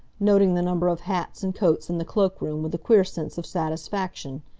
noting the number of hats and coats in the cloakroom with a queer sense of satisfaction.